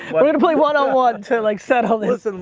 we're gonna play one on one to like settle this. listen,